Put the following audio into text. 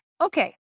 Okay